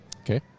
Okay